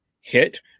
hit